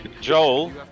Joel